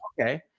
okay